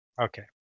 Okay